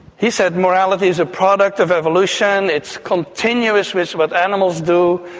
he said morality is a product of evolution, it's continuous with what animals do,